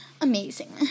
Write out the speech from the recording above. amazing